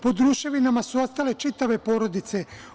Pod ruševinama su ostale čitave porodice.